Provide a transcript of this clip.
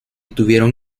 tuvieron